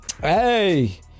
Hey